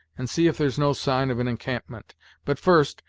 and see if there's no sign of an encampment but, first,